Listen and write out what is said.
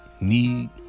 Need